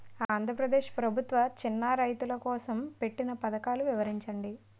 ఆంధ్రప్రదేశ్ ప్రభుత్వ చిన్నా రైతుల కోసం పెట్టిన పథకాలు వివరించండి?